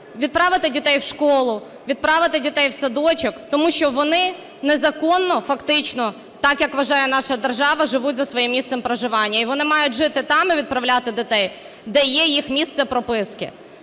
відправити дітей в школу, відправити дітей в садочок, тому що вони незаконно фактично, так як вважає наша держава, живуть за своїм місцем проживання. І вони мають жити там і відправляти дітей, де є їх місце прописки.